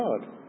God